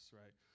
right